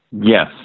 Yes